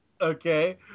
okay